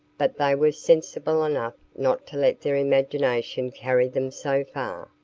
but they were sensible enough not to let their imagination carry them so far.